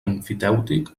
emfitèutic